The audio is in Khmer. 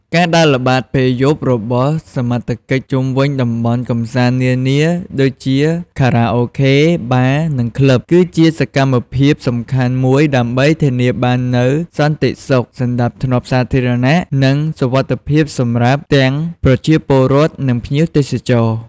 ការដើរល្បាតពេលយប់របស់សមត្ថកិច្ចជុំវិញតំបន់កម្សាន្តនានា ដូចជា ខារ៉ាអូខេ បារ និងក្លឹប គឺជាសកម្មភាពសំខាន់មួយដើម្បីធានាបាននូវ សន្តិសុខ សណ្តាប់ធ្នាប់សាធារណៈ និងសុវត្ថិភាពសម្រាប់ទាំងប្រជាពលរដ្ឋ និងភ្ញៀវទេសចរ។